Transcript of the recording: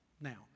Now